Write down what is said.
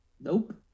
nope